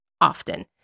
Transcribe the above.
often